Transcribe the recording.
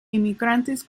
inmigrantes